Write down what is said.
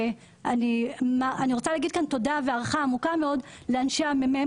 ואני רוצה להגיד כאן תודה ולהביע הערכה עמוקה מאוד לאנשי המ.מ.מ,